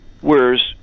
whereas